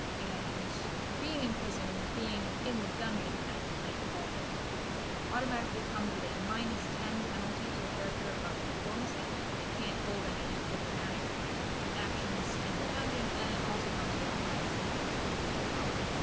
and being in prison being in the dungeon as the game calls it automatically comes with a minus ten penalty to the character of diplomacy they can't hold any diplomatic actions in the dungeon and it also comes with a minus one penalty to health